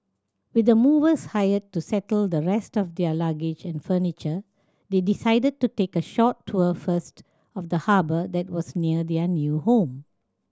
with the movers hired to settle the rest of their luggage and furniture they decided to take a short tour first of the harbour that was near their new home